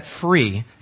free